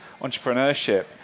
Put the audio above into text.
entrepreneurship